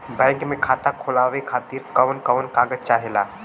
Bank मे खाता खोलवावे खातिर कवन कवन कागज चाहेला?